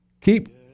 keep